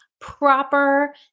proper